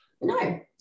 No